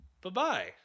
Bye-bye